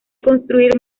construir